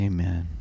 Amen